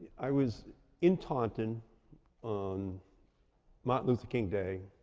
i was in taunton on martin luther king day,